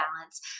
balance